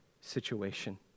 situation